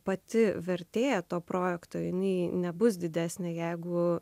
pati vertė to projekto nei nebus didesnė jeigu